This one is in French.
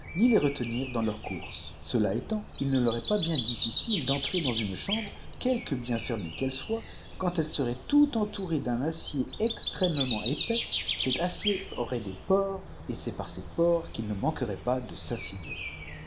ni les retenir dans leurs courses cela étâfit il rie leur est pife bien difficile d'entrer dans une chambre quelque bien fernîée elle soit quand elle serait tout entourée d un acier extrêmement épais j cet acier aurait des pores et c'est par ces pores qu'ils ne manqueraient pas de